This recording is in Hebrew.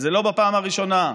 ולא בפעם הראשונה,